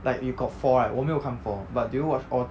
like it got four right but 我没有看 four but do you watch all thr~